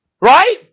Right